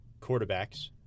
quarterbacks